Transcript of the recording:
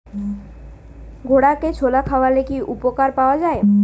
ঘোড়াকে ছোলা খাওয়ালে কি উপকার পাওয়া যায়?